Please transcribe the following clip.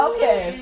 Okay